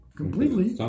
completely